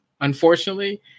unfortunately